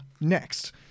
next